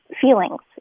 feelings